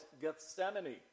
Gethsemane